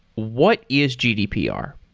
what is gdpr?